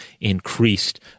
increased